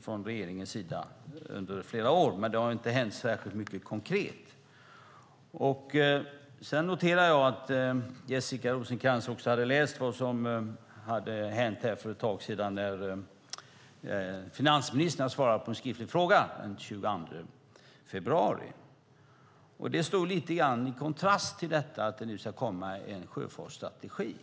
från regeringens sida under flera år, men det har inte hänt särskilt mycket konkret. Sedan noterar jag att Jessica Rosencrantz hade läst finansministerns svar på en skriftlig fråga den 22 februari. Det står lite grann i kontrast till att det nu ska komma en sjöfartsstrategi.